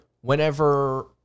whenever